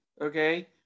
okay